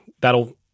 that'll